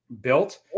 built